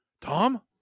Tom